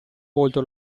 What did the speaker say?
volto